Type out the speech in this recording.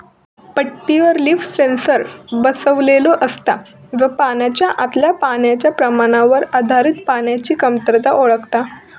पट्टीवर leaf sensor बसवलेलो असता, जो पानाच्या आतल्या पाण्याच्या प्रमाणावर आधारित पाण्याची कमतरता ओळखता